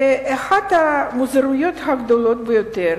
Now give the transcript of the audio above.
אחת המוזרויות הגדולות ביותר